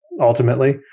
ultimately